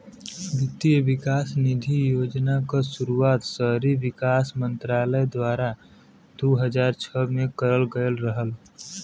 वित्त विकास निधि योजना क शुरुआत शहरी विकास मंत्रालय द्वारा दू हज़ार छह में करल गयल रहल